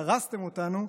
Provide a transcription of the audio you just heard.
דרסתם אותנו,